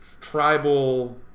tribal